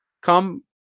Come